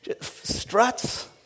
Struts